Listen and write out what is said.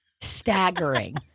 Staggering